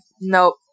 nope